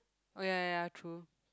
oh ya ya ya true